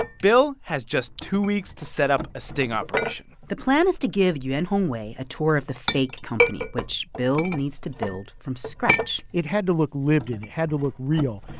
bill has just two weeks to set up a sting operation the plan is to give yuan hongwei a tour of the fake company, which bill needs to build from scratch it had to look lived-in. it had to look real.